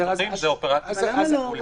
משלוחים זו אופרציה אחרת והיא מותרת.